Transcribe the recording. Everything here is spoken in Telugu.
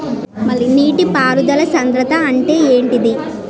నీటి పారుదల సంద్రతా అంటే ఏంటిది?